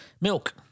Milk